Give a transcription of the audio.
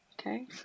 okay